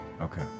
Okay